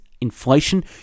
inflation